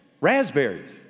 Raspberries